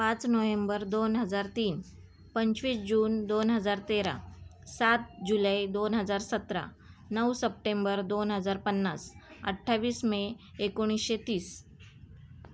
पाच नोहेंबर दोन हजार तीन पंचवीस जून दोन हजार तेरा सात जुलै दोन हजार सतरा नऊ सप्टेंबर दोन हजार पन्नास अठ्ठावीस मे एकोणीसशे तीस